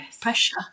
pressure